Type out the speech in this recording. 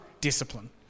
Discipline